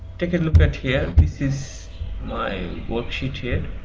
take a look at here this is my worksheet here